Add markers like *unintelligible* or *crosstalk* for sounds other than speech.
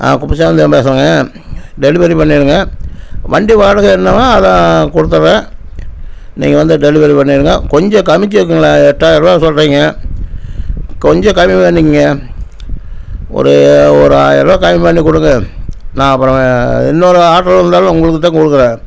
ஆ குப்புசாமிதான் பேசுறேங்க டெலிவரி பண்ணிடுங்க வண்டி வாடகை என்னவோ அதை குடுத்தடுறேன் நீங்கள் வந்து டெலிவரி பண்ணிடுங்க கொஞ்சம் *unintelligible* எட்டாயர ரூபா சொல்கிறிங்க கொஞ்சம் கம்மி பண்ணிக்குங்க ஒரு ஒரு ஆயர ரூபா கம்மி பண்ணி கொடுங்க நான் அப்புறம் இன்னொரு ஆட்ரு வந்தாலும் உங்களுக்குத்தான் கொடுக்குறேன்